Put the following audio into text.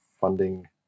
funding